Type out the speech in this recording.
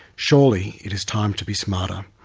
surely it is time to be smarter.